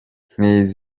nkingi